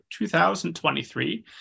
2023